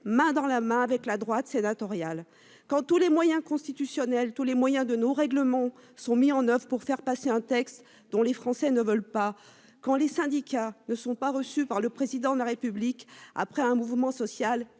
main dans la main avec la droite sénatoriale quand tous les moyens constitutionnels tous les moyens de nos règlements sont mis en oeuvre pour faire passer un texte dont les Français ne veulent pas quand les syndicats ne sont pas reçu par le président de la République après un mouvement social